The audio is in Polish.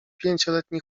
pięcioletni